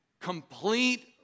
complete